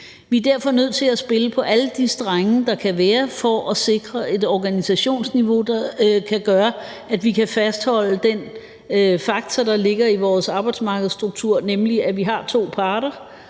Vi er derfor nødt til at spille på alle de strenge, der kan være, for at sikre et organisationsniveau, der kan gøre, at vi kan fastholde den faktor, der ligger i vores arbejdsmarkedsstruktur, nemlig at vi har to parter,